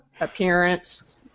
appearance